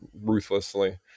ruthlessly